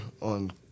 on